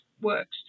works